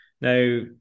Now